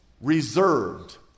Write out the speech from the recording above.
reserved